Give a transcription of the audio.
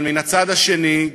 אבל מן הצד השני,